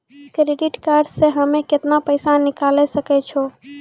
Credit card से हम्मे केतना पैसा निकाले सकै छौ?